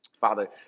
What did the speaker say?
Father